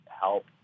help